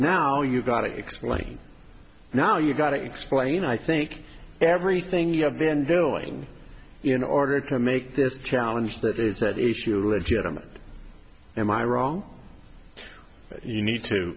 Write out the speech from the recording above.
now you've got to explain now you've got to explain i think everything you have been doing in order to make this challenge that is at issue legitimate am i wrong you need to